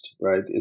right